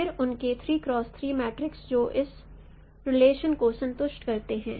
फिर उनके मैट्रिक्स जो इस रीलेशन को संतुष्ट करते हैं